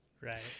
Right